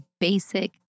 basic